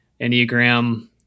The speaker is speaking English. Enneagram